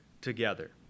together